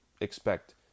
expect